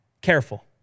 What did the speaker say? careful